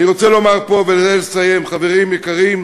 אני רוצה לומר פה, ובזה לסיים: חברים יקרים,